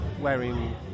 wearing